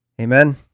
Amen